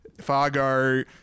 Fargo